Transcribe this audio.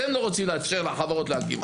אתם לא רוצים לאפשר לחברות להקים.